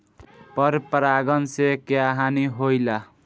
पर परागण से क्या हानि होईला?